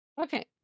Okay